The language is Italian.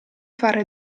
fare